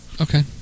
Okay